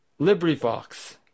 LibriVox